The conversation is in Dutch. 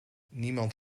niemand